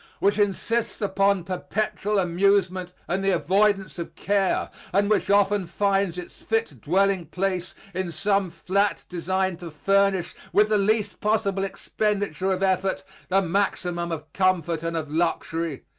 which insists upon perpetual amusement and the avoidance of care, and which often finds its fit dwelling place in some flat designed to furnish with the least possible expenditure of effort the maximum of comfort and of luxury,